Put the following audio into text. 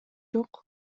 жок